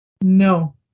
No